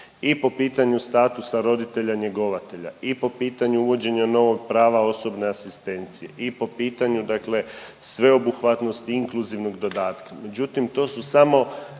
I po pitanju statusa roditelja njegovatelja i po pitanju uvođenja novog prava osobne asistencije i po pitanju dakle sveobuhvatnosti inkluzivnog dodatka, međutim to su samo